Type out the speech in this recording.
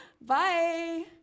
Bye